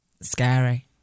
Scary